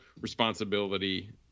responsibility